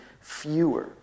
fewer